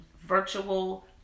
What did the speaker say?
virtual